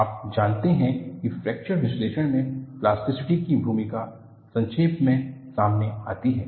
आप जानते हैं कि फ्रैक्चर विश्लेषण में प्लास्टिसिटी की भूमिका संक्षेप में सामने आती है